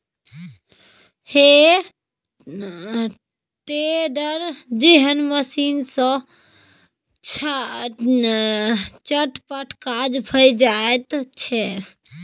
हे टेडर जेहन मशीन सँ चटपट काज भए जाइत छै